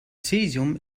cäsium